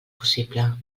possible